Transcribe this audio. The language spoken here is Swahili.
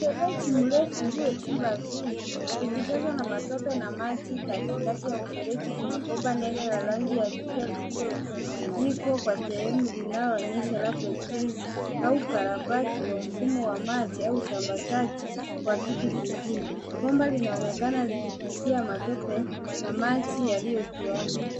Mfereji mrefu uliochimbwa ardhini, ukijazwa na matope na maji. Katikati ya mfereji kuna bomba nene la rangi ya ngiza lililozikwa kwa sehemu linaloonyesha labda ujenzi au ukarabati wa mfumo wa maji au usambazaji wa kitu kingine. Bomba linaonekana likipitia matope na maji yaliyotuama.